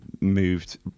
moved